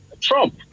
Trump